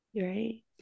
Right